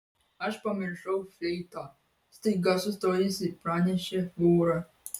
aš pamiršau fleitą staiga sustojusi pranešė flora